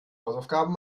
hausaufgaben